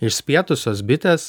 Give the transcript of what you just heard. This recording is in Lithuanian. išspietusios bitės